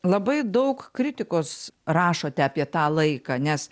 labai daug kritikos rašote apie tą laiką nes